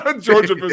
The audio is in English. Georgia